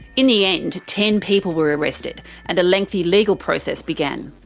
in the end, ten people were arrested and a lengthy legal process began.